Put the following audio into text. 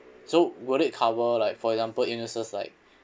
so will cover like for example illnesses like